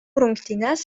rungtynes